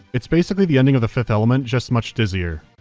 it's basically the ending of the fifth element, just much dizzier.